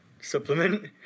supplement